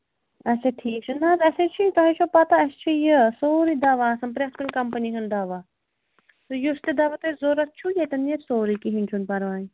اَچھا ٹھیٖک چھُ نہَ حظ اَسہِ حظ چھُ یُن تۅہے چھَو پتاہ چھُ یہِ سورُے دواہ آسان پرٛتھ کُنہِ کَمپٔنی ہُنٛد دواہ سُہ یُس تہِ دواہ تۄہہِ ضروٗرت چھُ ییٚتین میلہِ سورُے کِہیٖنٛۍ چھُنہٕ پَرواے